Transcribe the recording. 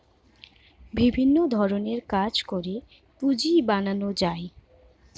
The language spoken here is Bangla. বিভিন্ন ধরণের কাজ করে পুঁজি বানানো যায়